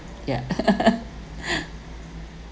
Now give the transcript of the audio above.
yeah